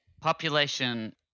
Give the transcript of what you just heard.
Population